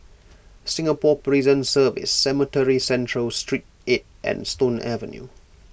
Singapore Prison Service Cemetry Central Street eight and Stone Avenue